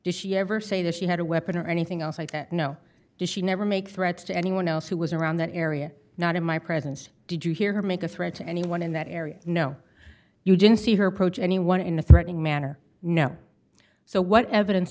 did she ever say that she had a weapon or anything else like that no did she never make threats to anyone else who was around that area not in my presence did you hear her make a threat to anyone in that area no you didn't see her approach anyone in a threatening manner now so what evidence